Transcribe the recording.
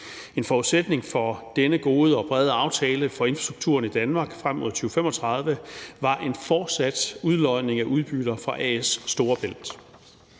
En forudsætning for denne gode og brede aftale for infrastrukturen i Danmark frem mod 2035 var en fortsat udlodning af udbytter fra A/S Storebælt.